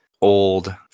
old-